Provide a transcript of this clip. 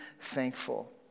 thankful